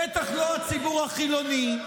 בטח לא הציבור החילוני,